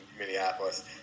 Minneapolis